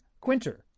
Quinter